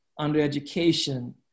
undereducation